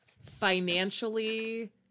financially